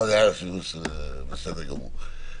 זה היה שימוש בסדר גמור.